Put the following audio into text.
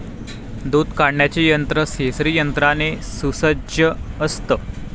दूध काढण्याचे यंत्र सेंसरी यंत्राने सुसज्ज असतं